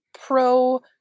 pro